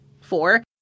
four